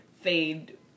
fade